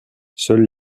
seuls